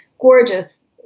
gorgeous